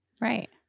Right